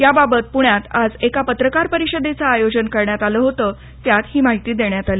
याबाबत पुण्यात आज एका पत्रकार परिषदेचं आयोजन करण्यात आलं होतं त्यात ही माहिती देण्यात आली